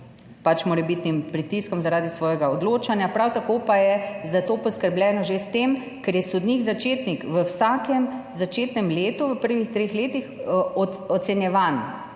morebitnim pritiskom zaradi svojega odločanja. Prav tako pa je za to poskrbljeno že s tem, da je sodnik začetnik v vsakem začetnem letu v prvih treh letih ocenjevan,